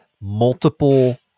multiple